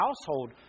household